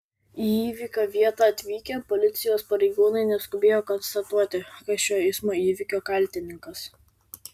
į įvykio vietą atvykę policijos pareigūnai neskubėjo konstatuoti kas šio eismo įvykio kaltininkas